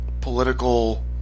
political